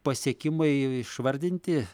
pasiekimai išvardinti